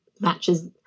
matches